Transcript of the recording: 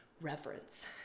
reverence